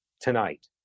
tonight